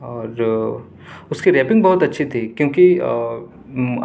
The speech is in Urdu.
اور جو اس کی ریپنگ بہت اچھی تھی کیونکہ